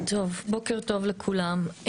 בוקר טוב לכולם,